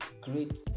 great